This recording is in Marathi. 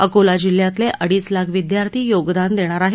अकोला जिल्ह्यातले अडीच लाख विद्यार्थी योगदान देणार आहेत